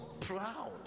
Proud